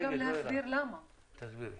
למה את מתנגדת.